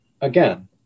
again